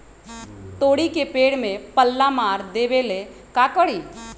तोड़ी के पेड़ में पल्ला मार देबे ले का करी?